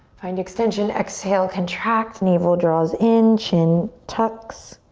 find extension. exhale, contract, navel draws in, chin tucks.